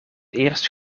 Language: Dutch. eerst